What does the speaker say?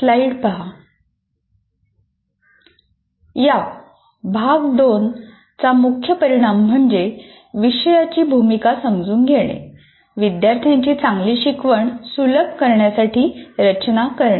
या भाग २ चा मुख्य परिणाम म्हणजे विषयाची भूमिका समजून घेणे विद्यार्थ्यांची चांगली शिकवण सुलभ करण्यासाठी रचना करणे